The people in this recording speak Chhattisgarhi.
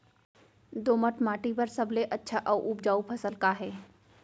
दोमट माटी बर सबले अच्छा अऊ उपजाऊ फसल का हे?